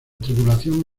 tripulación